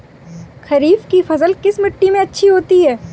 खरीफ की फसल किस मिट्टी में अच्छी होती है?